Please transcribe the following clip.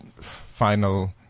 final